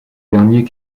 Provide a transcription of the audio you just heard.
derniers